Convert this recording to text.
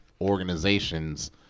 organization's